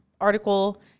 article